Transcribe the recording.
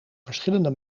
verschillende